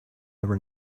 never